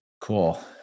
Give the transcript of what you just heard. Cool